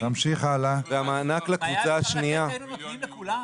בחידוש חכירה לדורות או בהחזר הלוואת משכנתא.